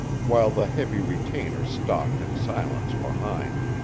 while the heavy retainer stalked in silence behind.